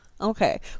okay